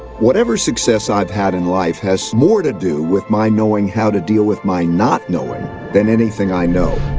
whatever success i've had in life has had more to do with my knowing how to deal with my not knowing than anything i know.